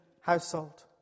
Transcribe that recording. household